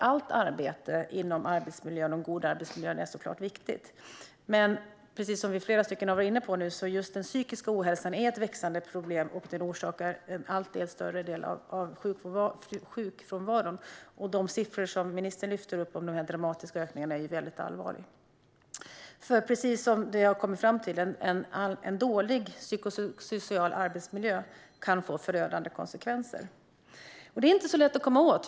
Allt arbete för god arbetsmiljö är såklart viktigt. Men precis som flera av oss har varit inne på är den psykiska ohälsan ett växande problem, och den orsakar en allt större del av sjukfrånvaron. De siffror som ministern nämnde apropå de dramatiska ökningarna är något väldigt allvarligt. En dålig psykosocial arbetsmiljö kan få förödande konsekvenser. Detta är inte så lätt att komma åt.